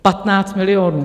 15 milionů!